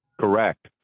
Correct